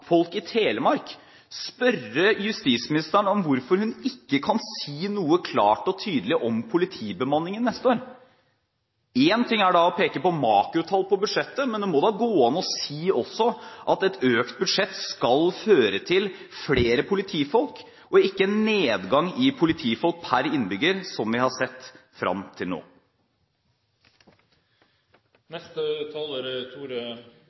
folk i Telemark, spørre justisministeren om hvorfor hun ikke kan si noe klart og tydelig om politibemanningen neste år. Én ting er å peke på makrotall i budsjettet, men det må da gå an å si også at et økt budsjett skal føre til flere politifolk og ikke en nedgang i politifolk per innbygger, som vi har sett fram til nå.